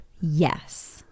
Yes